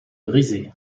brisé